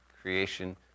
creation